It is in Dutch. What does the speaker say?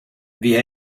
wie